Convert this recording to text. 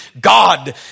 God